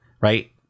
right